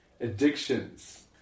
addictions